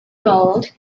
gold